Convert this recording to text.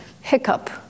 hiccup